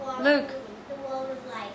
Luke